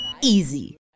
Easy